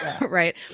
Right